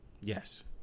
Yes